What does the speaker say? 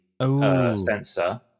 Sensor